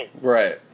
Right